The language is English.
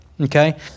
okay